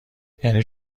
یعنی